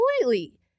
completely